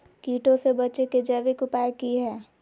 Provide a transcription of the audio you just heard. कीटों से बचे के जैविक उपाय की हैय?